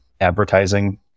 advertising